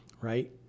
right